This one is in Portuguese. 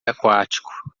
aquático